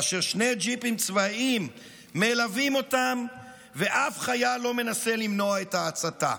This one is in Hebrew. כאשר שני ג'יפים צבאיים מלווים אותם ואף חייל לא מנסה למנוע את ההצתה.